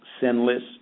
sinless